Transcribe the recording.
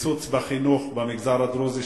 קיצוץ בחינוך במגזר הדרוזי,